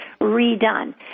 redone